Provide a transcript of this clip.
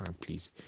please